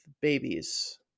babies